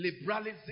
liberalism